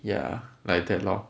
ya like that lor